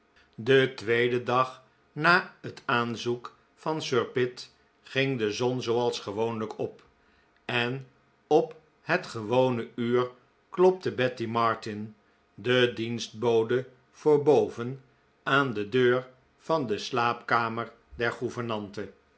den tweeden dag na het aanzoek van sir pitt ging de zon zooals gewoonlijk op en op het gewone uur klopte betty martin de dienstbode voor boven aan de deur van de slaapkamer